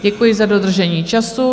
Děkuji za dodržení času.